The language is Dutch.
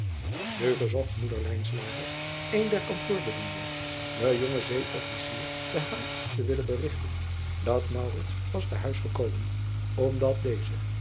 u verzocht moeder een der kantoorbedienden den jongen eeofficier te willen berigten dat was te huis gekomen omdat deze